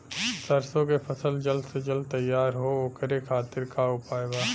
सरसो के फसल जल्द से जल्द तैयार हो ओकरे खातीर का उपाय बा?